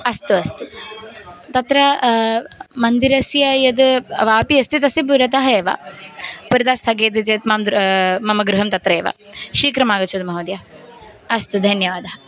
अस्तु अस्तु तत्र मन्दिरस्य यत् वापि अस्ति तस्य पुरतः एव पुरतः स्थगयति चेत् मां दृ मम गृहं तत्रैव शीघ्रम् आगच्छतु महोदय अस्तु धन्यवादः